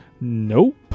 Nope